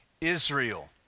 Israel